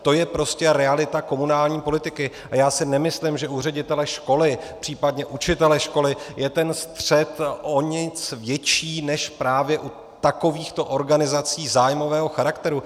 To je prostě realita komunální politiky a já si nemyslím, že u ředitele školy, případně učitele školy není ten střet o nic větší než právě u takovýchto organizací zájmového charakteru.